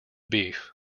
beef